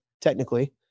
technically